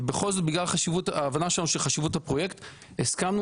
ובכל זאת בגלל ההבנה שלנו של חשיבות הפרויקט הסכמנו